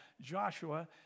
Joshua